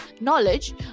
knowledge